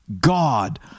God